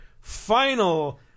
final